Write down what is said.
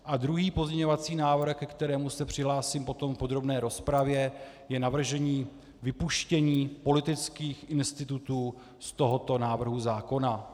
A druhý pozměňovací návrh, ke kterému se přihlásím potom v podrobné rozpravě, je navržení vypuštění politických institutů z tohoto návrhu zákona.